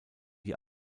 die